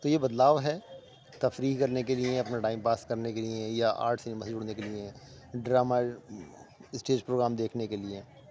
تو یہ بدلاؤ ہے تفریح کرنے کے لیے یا اپنا ٹائم پاس کرنے کے لیے یا آرٹ سنیما سے جڑنے کے لیے ڈراما اسٹیج پروگرام دیکھنے کے لیے